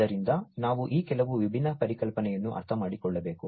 ಆದ್ದರಿಂದ ನಾವು ಈ ಕೆಲವು ವಿಭಿನ್ನ ಪರಿಕಲ್ಪನೆಗಳನ್ನು ಅರ್ಥಮಾಡಿಕೊಳ್ಳಬೇಕು